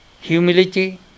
humility